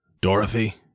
Dorothy